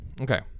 okay